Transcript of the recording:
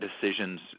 decisions